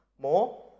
more